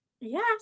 yes